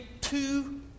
two